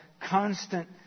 constant